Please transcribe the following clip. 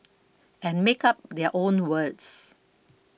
and make up their own words